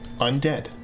Undead